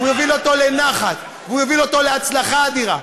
הוא יוביל אותו לנחת והוא יוביל אותו להצלחה אדירה,